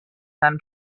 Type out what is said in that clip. them